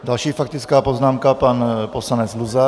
Další faktická poznámka pan poslanec Luzar.